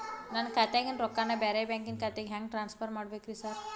ನನ್ನ ಖಾತ್ಯಾಗಿನ ರೊಕ್ಕಾನ ಬ್ಯಾರೆ ಬ್ಯಾಂಕಿನ ಖಾತೆಗೆ ಹೆಂಗ್ ಟ್ರಾನ್ಸ್ ಪರ್ ಮಾಡ್ಬೇಕ್ರಿ ಸಾರ್?